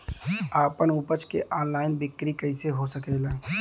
आपन उपज क ऑनलाइन बिक्री कइसे हो सकेला?